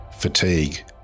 Fatigue